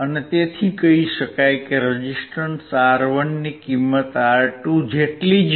તેથી કહી શકાય કે રેઝીસ્સ્ટર R1 ની કિંમત રેઝીસ્ટર R2 જેટલી જ છે